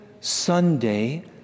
Sunday